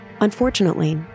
Unfortunately